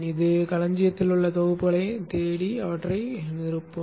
இது களஞ்சியத்தில் உள்ள தொகுப்புகளைத் தேடி அவற்றை நிறுவும்